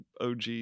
OG